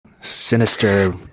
sinister